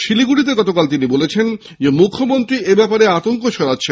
শিলিগুড়িতে তিনি বলেছেন মুখ্যমন্ত্রীই এব্যাপারে আতঙ্ক ছড়াচ্ছেন